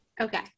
Okay